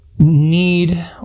need